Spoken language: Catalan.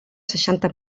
seixanta